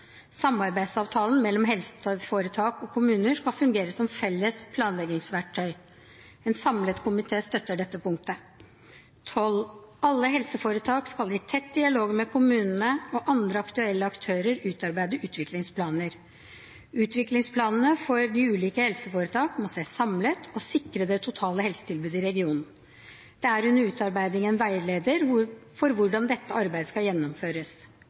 Samarbeidsavtalen mellom helseforetak og kommuner skal fungere som felles planleggingsverktøy. En samlet komité støtter dette punktet. Alle helseforetak skal i tett dialog med kommunene og andre aktuelle aktører utarbeide utviklingsplaner. Utviklingsplanene for de ulike helseforetak må ses samlet og sikre det totale helsetilbudet i regionen. Det er under utarbeiding en veileder for hvordan dette arbeidet skal gjennomføres.